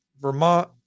Vermont